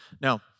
Now